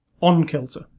on-kilter